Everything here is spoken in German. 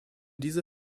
diese